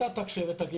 אתה תגיד,